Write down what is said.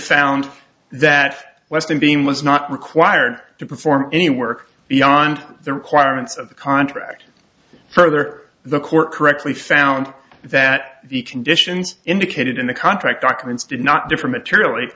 found that weston being was not required to perform any work beyond the requirements of the contract further the court correctly found that the conditions indicated in the contract documents did not differ materially